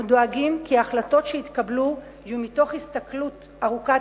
אנחנו דואגים כי ההחלטות שיתקבלו יהיו מתוך הסתכלות ארוכת